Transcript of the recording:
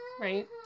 right